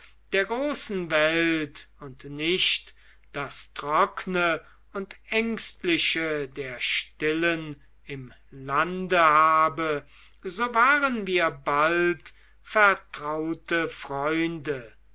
der großen welt und nicht das trockene und ängstliche der stillen im lande habe so waren wir bald vertraute freunde